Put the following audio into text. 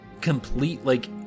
complete—like